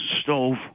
stove